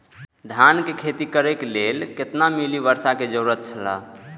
धान के खेती करे के लेल कितना मिली वर्षा के जरूरत छला?